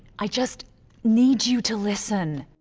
i just need you to listen.